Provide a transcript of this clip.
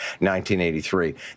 1983